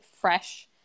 fresh